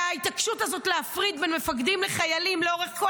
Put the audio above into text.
וההתעקשות הזאת להפריד בין מפקדים לחיילים לאורך כל